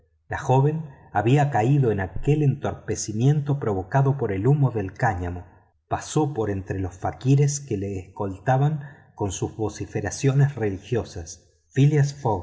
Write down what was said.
la joven habíase caído en aquel entorpecimiento provocado por el humo del cáñamo pasó por entre los fakires que la escoltaban con sus vociferaciones religiosas phileas